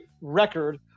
record